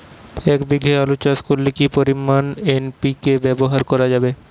এক বিঘে আলু চাষ করলে কি পরিমাণ এন.পি.কে ব্যবহার করা যাবে?